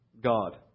God